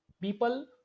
people